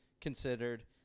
considered